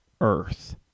Earth